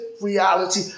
reality